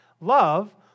Love